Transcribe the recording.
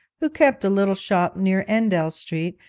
who kept a little shop near endell street,